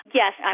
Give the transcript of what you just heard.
yes